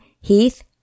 Heath